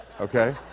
okay